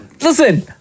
Listen